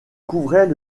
couvrait